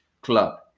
club